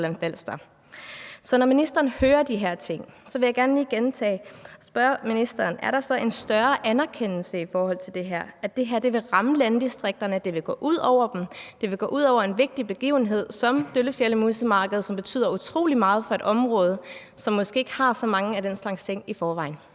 Så når ministeren hører de her ting, vil jeg gerne lige spørge ministeren igen: Er der så i forhold til det her en større anerkendelse af, at det her vil ramme landdistrikterne, at det vil gå ud over dem, at det vil gå ud over en vigtig begivenhed som Døllefjelde-Musse Marked, som betyder utrolig meget for et område, som måske ikke har så mange af den slags ting i forvejen?